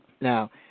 now